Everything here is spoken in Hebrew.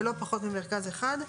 ולא פחות ממרכז אחד,